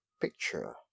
picture